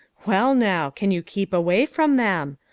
well, now! can you keep away from them?